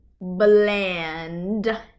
bland